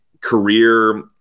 career